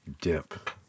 dip